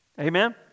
Amen